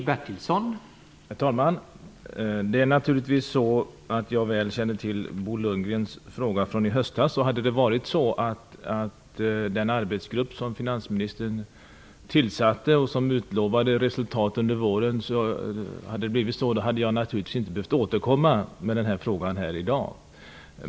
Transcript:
Herr talman! Jag känner naturligtvis till Bo Lundgrens fråga från i höstas. Om den arbetsgrupp som finansministern tillsatte hade kommit med det utlovade resultatet under våren hade jag inte behövt återkomma med frågan i dag.